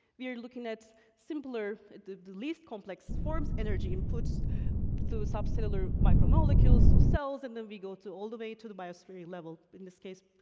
we are looking at simpler, at the the least complex forms energy input through subcellular micromolecules to cells, and then we go to, all the way to the biospherian level. in this case,